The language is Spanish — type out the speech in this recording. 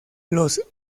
los